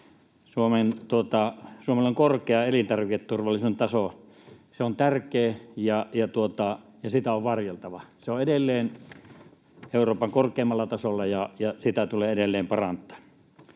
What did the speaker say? Suomella on korkea elintarviketurvallisuuden taso. Se on tärkeää, ja sitä on varjeltava. Se on edelleen Euroopan korkeimmalla tasolla, ja sitä tulee edelleen parantaa.